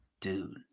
dude